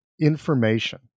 information